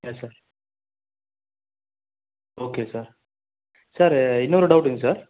yes sir okay sir sir இன்னொரு டவுட்டுங்க sir